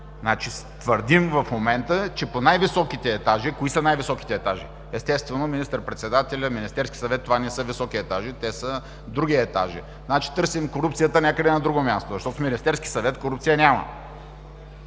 Значи, твърдим в момента, че по най-високите етажи, а кои са най-високите етажи? Естествено министър-председателят, Министерският съвет – това не са високи етажи, те са други етажи. Значи, търсим корупцията някъде на друго място, защото в Министерския съвет корупция няма!